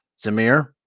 Zamir